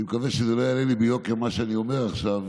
ואני מקווה שלא יעלה לי ביוקר מה שאני אומר עכשיו,